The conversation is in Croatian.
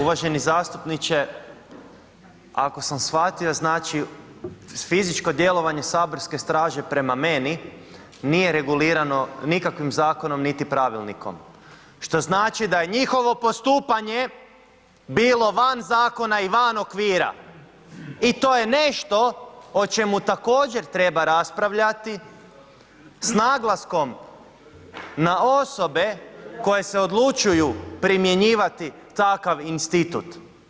Uvaženi zastupniče, ako sam shvatio znači fizičko djelovanje saborske straže prema meni nije regulirano nikakvim zakonom niti pravilnikom, što znači da je njihovo postupanje bilo van zakona i van okvira i to je nešto o čemu također treba raspravljati s naglaskom na osobe koje se odlučuju primjenjivati takav institut.